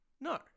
No